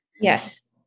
Yes